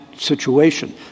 Situation